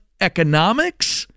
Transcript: economics